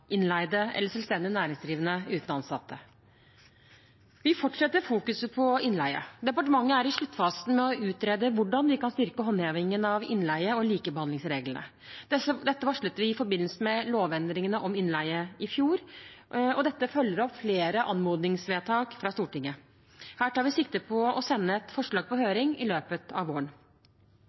innleide eller selvstendig næringsdrivende uten ansatte. Vi fortsetter fokuset på innleie. Departementet er i sluttfasen med å utrede hvordan vi kan styrke håndhevingen av innleie- og likebehandlingsreglene. Dette varslet vi i forbindelse med lovendringene om innleie i fjor, og dette følger opp flere anmodningsvedtak fra Stortinget. Her tar vi sikte på å sende et forslag på høring i løpet av våren.